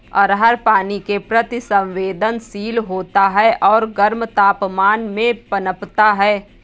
अरहर पानी के प्रति संवेदनशील होता है और गर्म तापमान में पनपता है